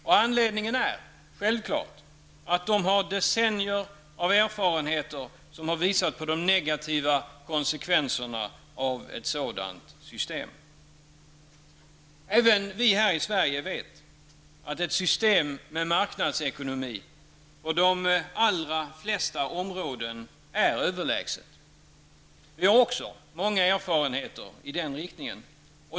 Självfallet är anledningen att de har decennier av erfarenheter som har visat på de negativa konsekvenserna av ett sådant system. Även vi här i Sverige vet att ett system med marknadsekonomi på de allra flesta områden är överlägset. Vi har också många erfarenheter i den riktningen.